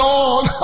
Lord